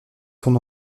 son